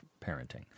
parenting